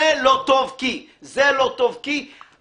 זה לא טוב כי, זה לא טוב כי.